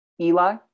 Eli